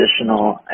additional